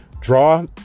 draw